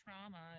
trauma